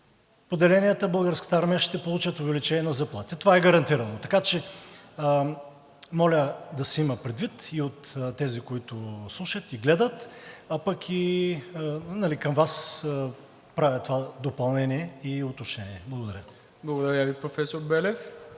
поделенията, Българската армия ще получат увеличение на заплатите. Това е гарантирано. Така че моля да се има предвид и от тези, които слушат и гледат, а пък и към Вас правя това допълнение и уточнение. Благодаря. ПРЕДСЕДАТЕЛ МИРОСЛАВ